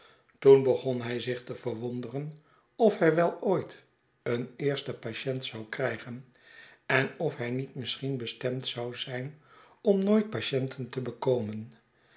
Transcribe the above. toen begon hij zich te verwonderen of hij wel ooit een eersteri patient zou krijgen en of hij niet misschien bestemd zou zijn om nooit patienten te bekomen